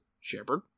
Shepherd